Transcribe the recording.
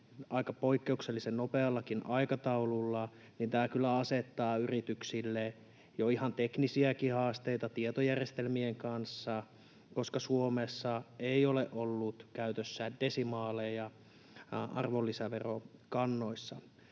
aika poikkeuksellisen nopeallakin aikataululla, niin tämä kyllä asettaa yrityksille jo ihan teknisiäkin haasteita tietojärjestelmien kanssa, koska Suomessa ei ole ollut käytössä desimaaleja arvonlisäverokannoissa.